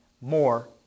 more